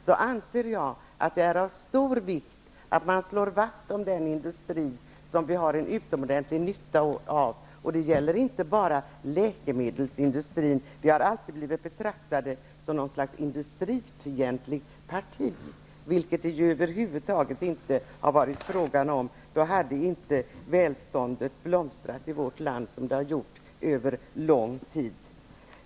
Jag anser att det är av stor vikt att vi slår vakt om en industri som vi har en utomordentlig nytta av. Det gäller inte bara läkemedelsindustrin. Vi har alltid blivit betraktade som något slags industrifientligt parti, som det ju över huvud taget inte är fråga om. Då hade ju inte välståndet blomstrat i vårt land som det gjort över en lång tid.